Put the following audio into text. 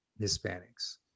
Hispanics